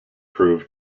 proved